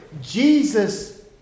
Jesus